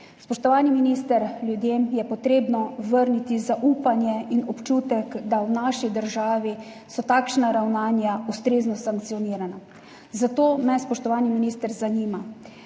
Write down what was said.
Spoštovani minister, ljudem je potrebno vrniti zaupanje in občutek, da so v naši državi takšna ravnanja ustrezno sankcionirana. Zato me, spoštovani minister, zanima: